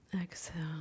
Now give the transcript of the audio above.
exhale